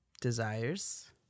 desires